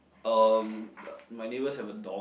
um my neighbours have a dog